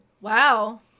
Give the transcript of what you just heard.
Wow